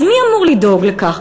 אז מי אמור לדאוג לכך?